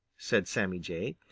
said sammy jay.